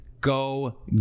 Go